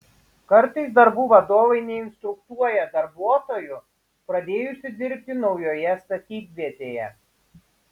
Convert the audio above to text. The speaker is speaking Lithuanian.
kartais darbų vadovai neinstruktuoja darbuotojų pradėjusių dirbti naujoje statybvietėje